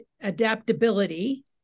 adaptability